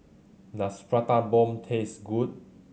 does Prata Bomb taste good